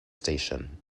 station